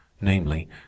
namely